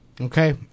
Okay